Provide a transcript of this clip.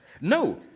No